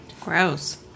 Gross